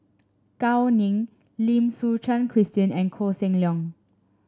Gao Ning Lim Suchen Christine and Koh Seng Leong